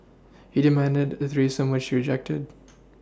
he demanded a threesome which she rejected